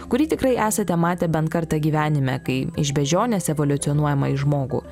kurį tikrai esate matę bent kartą gyvenime kai iš beždžionės evoliucionuojama į žmogų